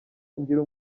ngira